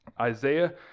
Isaiah